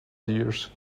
dears